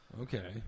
Okay